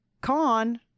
con